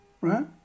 Right